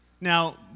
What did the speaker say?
Now